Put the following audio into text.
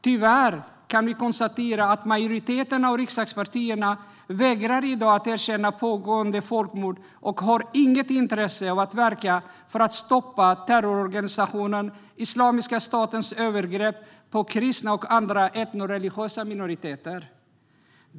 Tyvärr kan vi konstatera att majoriteten av riksdagspartierna i dag vägrar att erkänna pågående folkmord och inte har något intresse av att verka för att stoppa terrororganisationen Islamiska statens övergrepp på kristna och andra etnoreligiösa minoriteter.